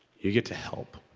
you get to help.